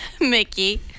Mickey